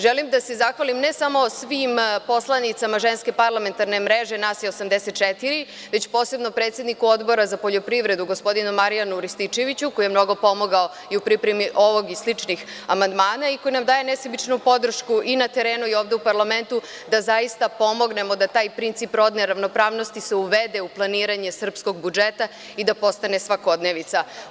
Želim da se zahvalim ne samo svim poslanicama Ženske parlamentarne mreže, nas je 84, već posebno predsedniku Odbora za poljoprivredu gospodinu Marijanu Rističeviću, koji je mnogo pomogao i u pripremi ovog i sličnih amandmana i koji nam daje nesebičnu podršku i na terenu i ovde u parlamentu da zaista pomognemo da taj princip rodne ravnopravnosti se uvede u planiranje srpskog budžeta i da postane svakodnevica.